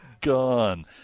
gone